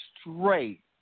straight